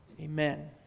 Amen